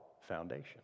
foundation